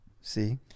See